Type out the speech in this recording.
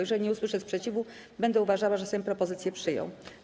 Jeżeli nie usłyszę sprzeciwu, będę uważała, że Sejm propozycję przyjął.